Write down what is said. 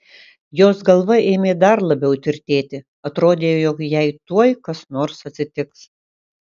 jos galva ėmė dar labiau tirtėti atrodė jog jai tuoj kas nors atsitiks